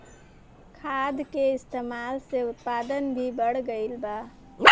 खाद के इस्तमाल से उत्पादन भी बढ़ गइल बा